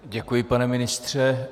Děkuji, pane ministře.